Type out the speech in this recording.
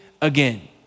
again